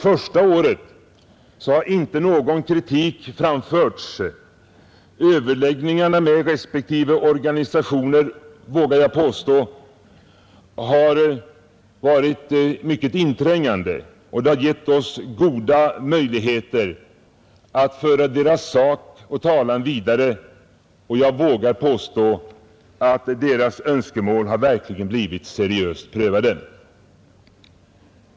Första året har inte någon kritik framförts. Överläggningarna med respektive organisationer vågar jag påstå har varit mycket inträngande, och de har gett oss goda möjligheter att föra deras sak och talan vidare. Jag vågar påstå att deras önskemål verkligen blivit seriöst prövade.